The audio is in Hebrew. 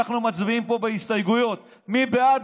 כמו שאנחנו מצביעים פה בהסתייגויות: מי בעד?